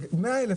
צריך 100,000,